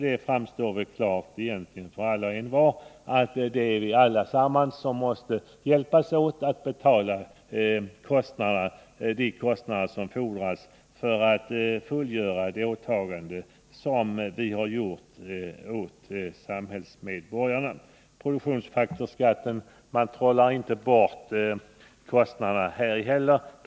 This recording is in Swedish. Det framstår väl som klart för alla och envar att vi allesammans måste hjälpas åt att betala kostnaderna för fullgörandet av de åtaganden som vi har gjort för samhällsmedborgarna. Man kan inte trolla bort kostnaderna för produktionsfaktorsskatten.